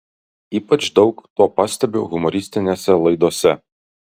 ypač daug to pastebiu humoristinėse laidose